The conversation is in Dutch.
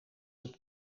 het